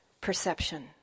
perception